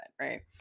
Right